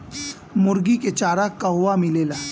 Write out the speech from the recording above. मुर्गी के चारा कहवा मिलेला?